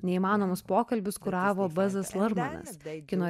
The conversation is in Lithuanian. neįmanomus pokalbius kuravo bazas larmanas kino